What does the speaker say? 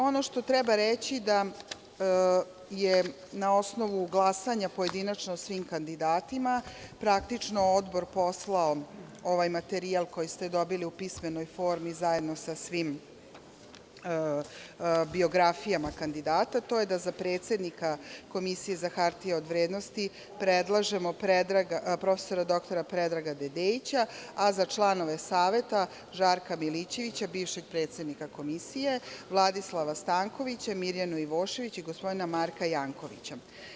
Ono što treba reći je da je na osnovu glasanja pojedinačno o svim kandidatima praktično Odbor poslao ovaj materijal koji ste dobili u pismenoj formi, zajedno sa svim biografijama kandidata, to je da za predsednika Komisije za hartije od vrednosti predlažemo prof. dr Predraga Dedeića, a za članove Saveta Žarka Milićevića, bivšeg predsednika Komisije, Vladislava Stankovića, Mirjanu Ivošević i gospodina Marka Jankovića.